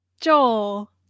Joel